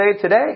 today